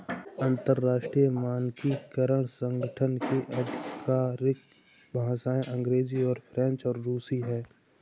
अंतर्राष्ट्रीय मानकीकरण संगठन की आधिकारिक भाषाएं अंग्रेजी फ्रेंच और रुसी हैं